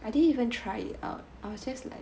I didn't even try out I was just like